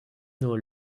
nur